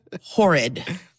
horrid